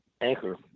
anchor